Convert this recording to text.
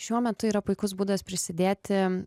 šiuo metu yra puikus būdas prisidėti